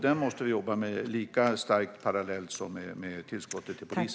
Den måste vi jobba med parallellt lika starkt som med tillskottet till polisen.